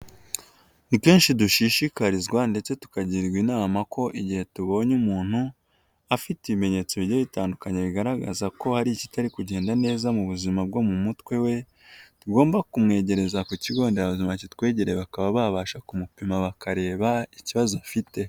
Ni kenshi dushishikarizwa ndetse tukagirwa inama ko igihe tubonye umuntu afite ibimenyetso bigiye bitandukanye bigaragaza ko hari ikitari kugenda neza mu buzima bwo mu mutwe we tugomba kumwegereza ku kigo nderazima kitwegereye bakaba babasha kumupima bakareba ikibazo afite.